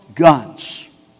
guns